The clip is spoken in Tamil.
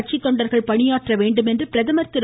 கட்சித்தொண்டர்கள் பணியாற்ற வேண்டும் என்று பிரதமர் திரு